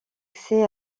accès